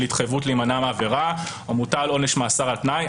התחייבות להימנע מעבירה או מוטל עונש מאסר על תנאי,